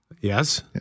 Yes